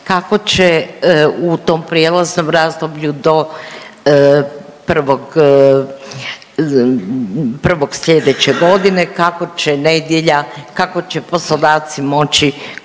kako će u tom prijelaznom razdoblju do 1., 1. slijedeće godine kako će nedjelja,